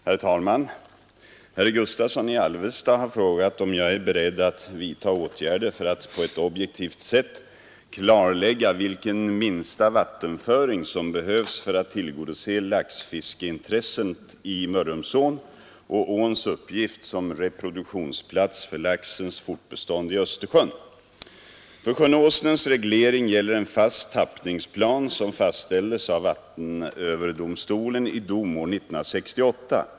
Herr talman! Herr Gustavsson i Alvesta har frågat om jag är beredd att vidta åtgärder för att på ett objektivt sätt klarlägga vilken minsta vattenföring som behövs för att tillgodose laxfiskeintresset i Mörrumsån och åns uppgift som reproduktionsplats för laxens fortbestånd i Östersjön. För sjön Åsnens reglering gäller en fast tappningsplan, som fastställdes av vattenöverdomstolen i dom år 1968.